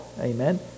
amen